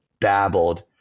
babbled